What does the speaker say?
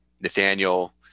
Nathaniel